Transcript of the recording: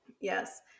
Yes